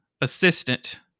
assistant